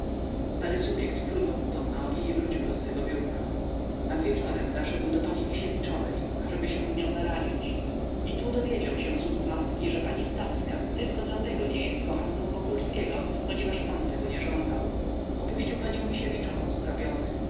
stary subjekt plunął mu pod nogi i wrócił do swego biurka nad wieczorem zaszedł do pani misiewiczowej ażeby się z nią naradzić i tu dowiedzał się z ust matki że pani stawska dlatego tylko nie jest kochanką wokulskiego ponieważ on tego nie żądał opuścił panią misiewiczową strapiony niechby sobie